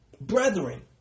Brethren